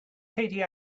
katie